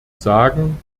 sagen